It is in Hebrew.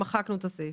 ואנחנו מחקנו את הסעיף.